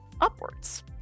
upwards